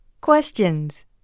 Questions